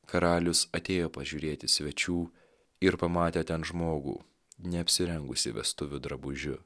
karalius atėjo pažiūrėti svečių ir pamatė ten žmogų neapsirengusį vestuvių drabužiu